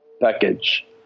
package